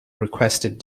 requested